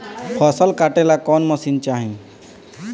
फसल काटेला कौन मशीन चाही?